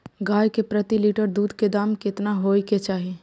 गाय के प्रति लीटर दूध के दाम केतना होय के चाही?